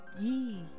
ye